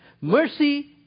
Mercy